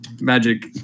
magic